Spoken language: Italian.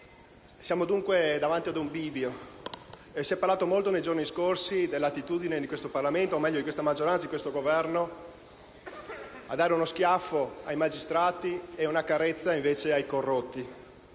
Siamo dunque davanti ad un bivio e si è parlato a lungo, nei giorni scorsi, dell'attitudine di questo Parlamento, o meglio di questa maggioranza e dell'attuale Governo, a dare uno schiaffo ai magistrati e una carezza ai corrotti.